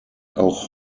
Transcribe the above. auch